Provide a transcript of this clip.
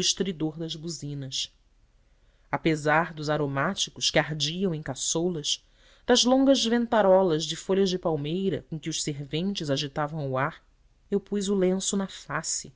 estridor das buzinas apesar dos aromáticos que ardiam em caçoulas das longas ventarolas de folhas de palmeira com que os serventes agitavam o ar eu pus o lenço na face